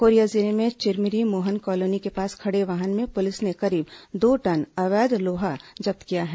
Korea जिले में Chirmiri Mohan colony के पास खड़े वाहन से पुलिस ने करीब दो टन अवैध लोहा जब्त किया है